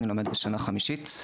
אני לומד שנה חמישית.